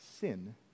sin